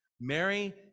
Mary